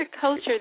culture